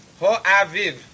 Ho'aviv